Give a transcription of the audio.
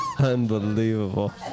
Unbelievable